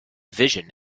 vision